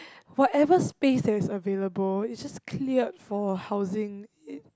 whatever space that is available it's just cleared for housing